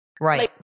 Right